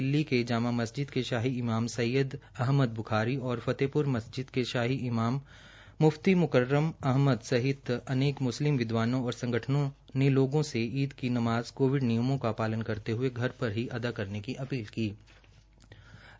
दिल्ली के जामा मस्जिद क शाही इमाम सैय्यद अहमद ब्खारी और फतेहप्री मजिस्द के शाही इमाम म्फ्ती म्कर्रम अहमद सहित अनेक म्स्लिम विद्वानों और संगठनों ने लोगों से ईद की नमाज़ कोविड नियमों का पालन करते हये घर पर अद करने की अपील की है